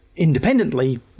independently